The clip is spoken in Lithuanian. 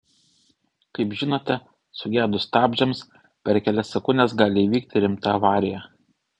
kaip žinote sugedus stabdžiams per kelias sekundes gali įvykti rimta avarija